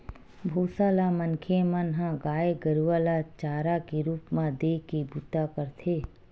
भूसा ल मनखे मन ह गाय गरुवा ल चारा के रुप म देय के बूता करथे